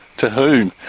to whom?